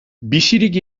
bizirik